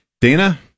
Dana